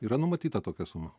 yra numatyta tokia suma